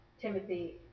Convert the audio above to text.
Timothy